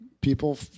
People